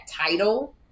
title